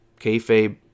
kayfabe